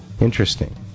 Interesting